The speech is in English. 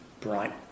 bright